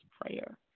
prayer